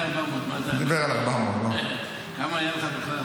אז זה היה 400. מה זה --- הוא דיבר על 400. כמה היה לך בכלל?